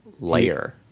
layer